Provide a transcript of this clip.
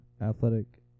athletic